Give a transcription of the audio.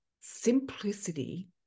simplicity